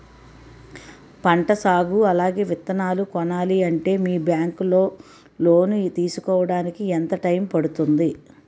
పంట సాగు అలాగే విత్తనాలు కొనాలి అంటే మీ బ్యాంక్ లో లోన్ తీసుకోడానికి ఎంత టైం పడుతుంది?